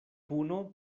puno